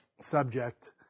subject